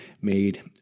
made